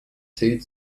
zählt